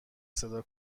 صدا